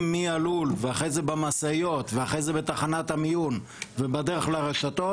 מהלול ואחרי זה במשאיות ואחרי זה בתחנת המיון ובדרך לרשתות,